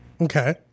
Okay